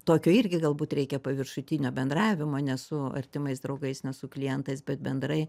tokio irgi galbūt reikia paviršutinio bendravimo ne su artimais draugais ne su klientais bet bendrai